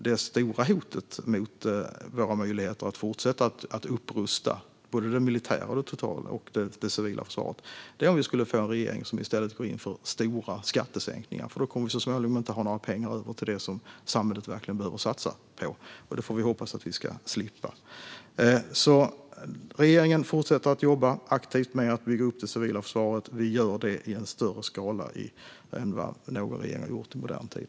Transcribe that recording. Det stora hotet mot våra möjligheter att fortsätta att upprusta både det militära och det civila försvaret är om vi skulle få en regering som i stället går in för stora skattesänkningar. Då kommer vi så småningom inte att ha några pengar över till det som samhället verkligen behöver satsa på. Det får vi hoppas att vi ska slippa. Regeringen fortsätter alltså att jobba aktivt med att bygga upp det civila försvaret. Vi gör det i större skala än någon regering har gjort i modern tid.